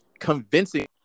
convincing